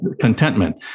contentment